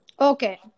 Okay